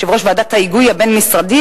יושב-ראש ועדת ההיגוי הבין-משרדית,